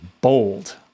bold